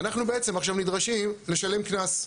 ואנחנו בעצם עכשיו נדרשים לשלם קנס.